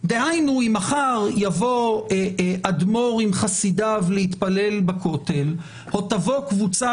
דהיינו אם מחר יבוא אדמו"ר עם חסידיו להתפלל בכותל או תבוא קבוצה